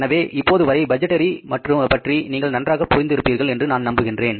எனவே இப்போது வரை பட்ஜெட்ரி பற்றி நீங்கள் நன்றாக புரிந்து இருப்பீர்கள் என்று நான் நம்புகின்றேன்